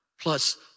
plus